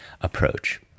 approach